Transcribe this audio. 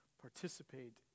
participate